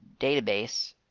database